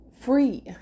free